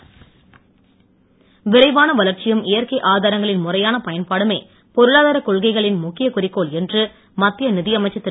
நீத்தி ஆயோக் விரைவான வளர்ச்சியும் இயற்கை ஆதாரங்களின் முறையான பயன்பாடுமே பொருளாதார கொள்கைகளின் முக்கிய குறிக்கோள் என்று மத்திய நிதியமைச்சர் திரு